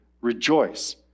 rejoice